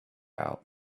out